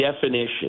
definition